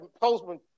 postman